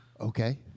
Okay